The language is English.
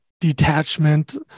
detachment